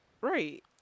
Right